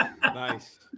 Nice